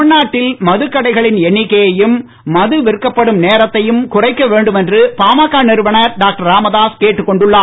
தமிழ்நாட்டில் மதுக்கடைகளின் எண்ணிக்கையும் மது விற்கப்படும் நேரத்தையும் குறைக்க வேண்டும் என்று பாமக நிறுவனர் டாக்டர் ராமதாஸ் கேட்டுக்கொண்டுள்ளார்